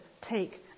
take